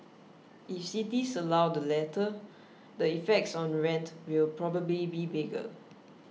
if cities allow the latter the effects on rents will probably be bigger